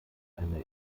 eine